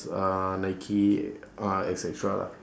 uh nike ah et cetera lah